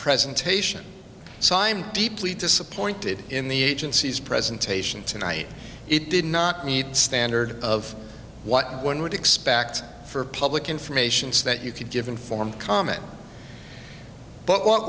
presentation so i'm deeply disappointed in the agency's presentation tonight it did not need standard of what one would expect for public information so that you could give informed comment but what